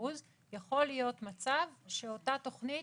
יכול להיות מצב שאותה תוכנית